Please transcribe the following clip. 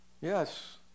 Yes